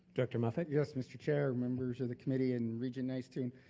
director muffick? yes, mr. chair, members of the committee, and regent nystuen.